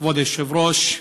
כבוד היושב-ראש,